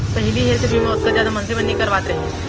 पहिली हेल्थ बीमा ओतका जादा मनसे मन नइ करवात रहिन